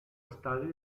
estadi